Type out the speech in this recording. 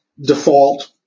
default